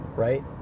right